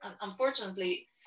Unfortunately